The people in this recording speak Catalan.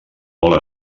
molt